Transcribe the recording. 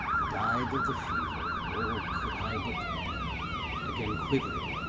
died of the fever. oh, could i but again quivering,